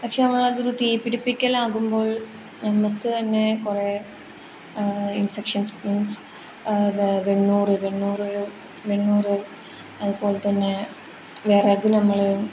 പക്ഷെ നമ്മളതൊരു തീ പിടിപ്പിക്കലാകുമ്പോൾ നമുക്ക് തന്നെ കുറേ ഇൻഫെക്ഷൻസ് മീൻസ് വെണ്ണൂറ് വെണ്ണൂറ് വെണ്ണൂറ് അതുപോലെത്തന്നെ വിറക് നമ്മൾ